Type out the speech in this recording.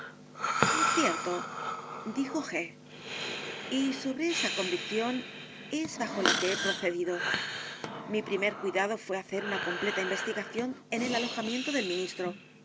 cierto dijo g y sobre esa convicción es bajo la que he procedido mi primer cuidado fué hacer una completa investigación en el alojamiento del ministro